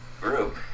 group